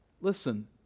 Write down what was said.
Listen